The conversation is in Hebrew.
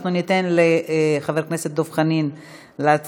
אנחנו ניתן לחבר הכנסת דב חנין להציג